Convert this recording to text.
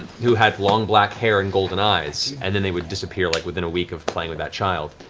who had long black hair and golden eyes. and then they would disappear like within a week of playing with that child.